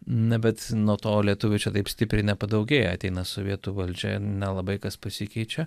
na bet nuo to lietuvių čia taip stipriai nepadaugėjo ateina sovietų valdžia nelabai kas pasikeičia